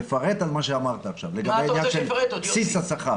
לגבי בסיס השכר.